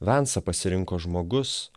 vansą pasirinko žmogus